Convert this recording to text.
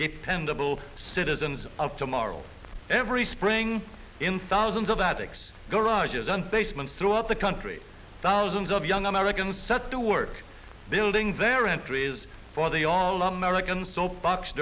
dependable citizens of tomorrow every spring in thousands of attics garages and basements throughout the country thousands of young americans set to work building their entries for the all american soap box